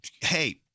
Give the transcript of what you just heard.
hey